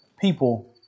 people